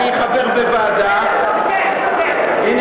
הנה,